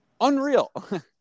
unreal